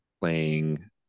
playing